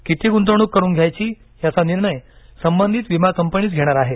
किती गुंतवणूक करून घ्यायची याचा निर्णय संबंधित विमा कंपनीच घेणार आहे